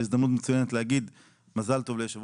זו הזדמנות מצוינת להגיד מזל טוב ליושב